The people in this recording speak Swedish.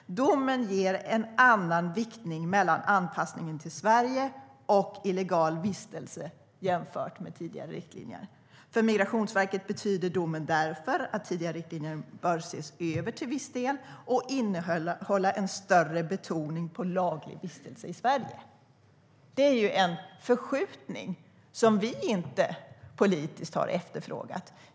Domen ger en annan viktning mellan anpassningen till Sverige och illegal vistelse jämfört med tidigare riktlinjer. För Migrationsverket betyder domen därför att tidigare riktlinjer bör ses över till viss del och innehålla en större betoning på laglig vistelse i Sverige. Det är en förskjutning som vi inte politiskt har efterfrågat.